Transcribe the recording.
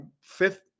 fifth